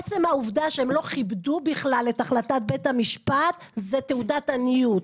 עצם העובדה שהם לא כיבדו בכלל את החלטת בית המשפט זה תעודת עניות.